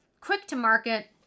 quick-to-market